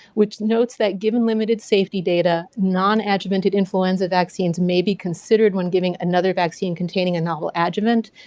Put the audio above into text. which notes that given limited safety data, non-adjuvanted influenza vaccines may be considered when giving another vaccine containing a novel adjuvant,